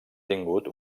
tingut